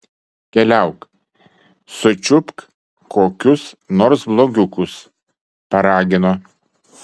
keliauk sučiupk kokius nors blogiukus paragino